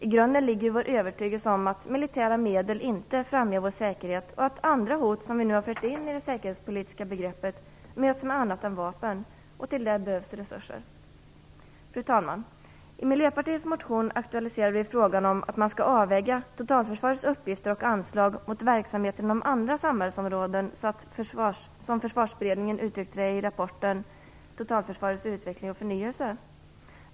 I grunden ligger vår övertygelse om att militära medel inte främjar vår säkerhet och om att andra hot som vi nu fört in i det säkerhetspolitiska begreppet skall mötas med annat än vapen. Till detta behövs det resurser. Fru talman! Vi i Miljöpartiet aktualiserar i vår motion frågan om att man skall avväga totalförsvarets uppgifter och anslag mot verksamheter inom andra samhällsområden, som Försvarsberedningen uttrycker sig i rapporten Totalförsvarets utveckling och förnyelse.